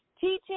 Teaching